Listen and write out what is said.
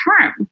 term